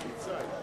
התש"ע 2010,